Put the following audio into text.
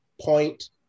point